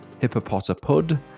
hippopotapud